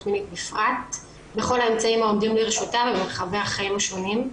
מינית בפרט בכל האמצעים העומדים לראשותה במרחבי החיים השונים.